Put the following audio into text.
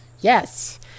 Yes